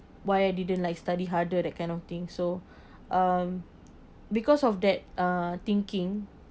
why I didn't like study harder that kind of thing so um because of that uh thinking